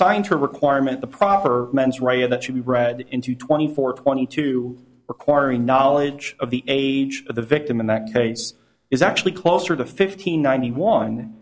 a requirement the proper mens rea of that should be read into twenty four twenty two requiring knowledge of the age of the victim in that case is actually closer to fifty ninety one